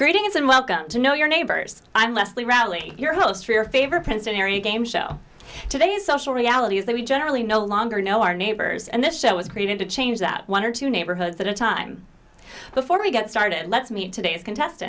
greetings and welcome to know your neighbors i'm leslie rally your host for your favorite prince harry game show today is social reality is that we generally no longer know our neighbors and this show was created to change that one or two neighborhoods in a time before we get started let's meet today's contest